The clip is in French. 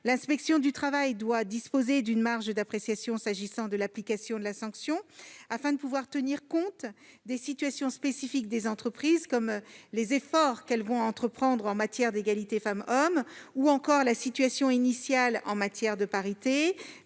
l'inspection du travail doit disposer d'une marge d'appréciation s'agissant de l'application de la sanction afin de pouvoir tenir compte des situations spécifiques des entreprises, qu'il s'agisse des efforts qu'elles vont entreprendre en matière d'égalité femmes-hommes, de leur situation initiale en matière de parité,